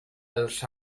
els